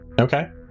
Okay